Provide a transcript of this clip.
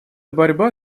борьба